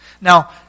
Now